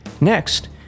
Next